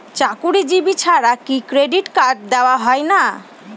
চাকুরীজীবি ছাড়া কি ক্রেডিট কার্ড দেওয়া হয় না?